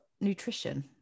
nutrition